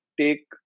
take